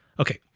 okay.